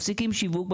מפסיקים שיווק,